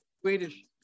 Swedish